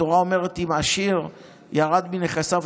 התורה אומרת שאם עשיר ירד מנכסיו,